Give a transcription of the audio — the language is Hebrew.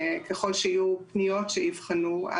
ככל שיהיו פניות שיבחנו,